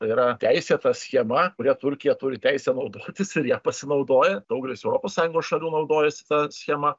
yra teisėta schema kuria turkija turi teisę naudotis ir ja pasinaudoja daugelis europos sąjungos šalių naudojasi ta schema